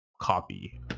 copy